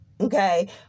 okay